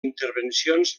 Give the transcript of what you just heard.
intervencions